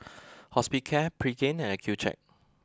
Hospicare Pregain and Accucheck